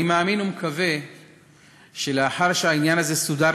אני מאמין ומקווה שלאחר שהעניין הזה סודר